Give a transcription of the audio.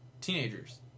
teenagers